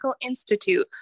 Institute